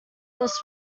this